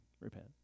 repent